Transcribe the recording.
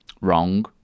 wrong